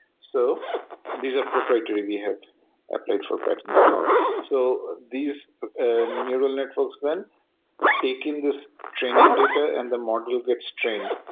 so these are proprietary we have applied for patents and on all. so these ah neural networks then taking this training data and the model gets trained.